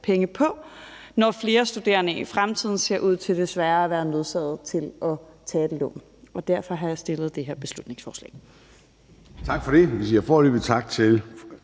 penge på, når flere studerende i fremtiden ser ud til desværre at være nødsaget til at tage et lån. Derfor har jeg fremsat dette beslutningsforslag.